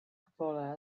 cupola